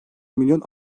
milyon